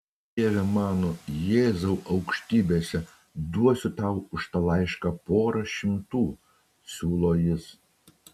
dieve mano jėzau aukštybėse duosiu tau už tą laišką porą šimtų siūlo jis